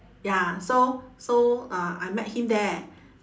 ya so so uh I met him there